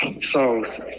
songs